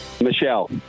Michelle